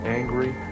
angry